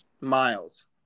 miles